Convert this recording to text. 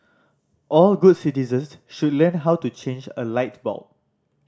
all good citizens should learn how to change a light bulb